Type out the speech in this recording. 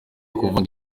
kuvanga